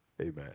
Amen